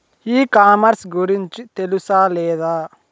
ఈ కామర్స్ గురించి తెలుసా లేదా?